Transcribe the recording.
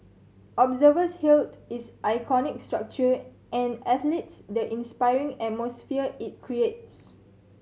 observers hailed its iconic structure and athletes the inspiring atmosphere it creates